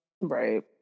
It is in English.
Right